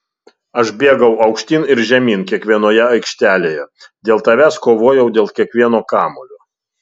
aš bėgau aukštyn ir žemyn kiekvienoje aikštelėje dėl tavęs kovojau dėl kiekvieno kamuolio